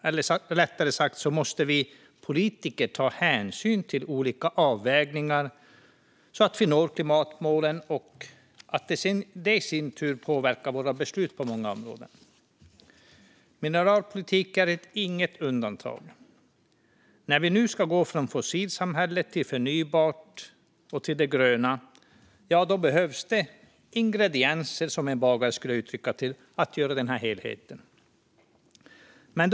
Eller rättare sagt: Vi politiker måste ta hänsyn till olika avvägningar så att vi når klimatmålen, och det i sin tur påverkar våra beslut på många områden. Mineralpolitik är inget undantag. När vi nu ska gå från fossilsamhället till förnybart och till det gröna, ja då behövs det ingredienser, som en bagare skulle uttrycka det, till att göra helheten.